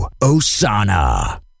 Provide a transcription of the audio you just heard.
osana